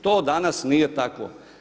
To danas nije tako.